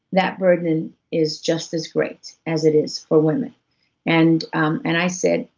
that burden is just as great as it is for women and um and i said,